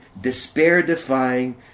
despair-defying